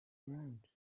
around